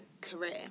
career